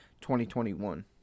2021